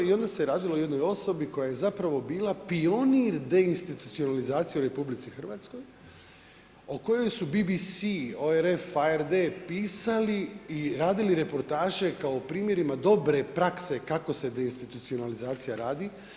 I onda se radilo o jednoj osobi koja je zapravo bila pionir deinstitucionalizacije u RH o kojoj su BBC, ORF, ARD pisali i radili reportaže kao primjerima dobre prakse kako se deinstitucionalizacija radi.